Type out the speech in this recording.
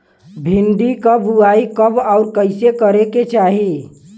भिंडी क बुआई कब अउर कइसे करे के चाही?